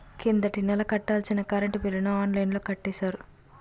కిందటి నెల కట్టాల్సిన కరెంట్ బిల్లుని ఆన్లైన్లో కట్టేశాను